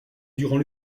durant